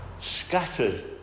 scattered